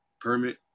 permit